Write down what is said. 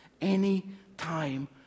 anytime